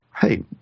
Hey